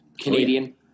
Canadian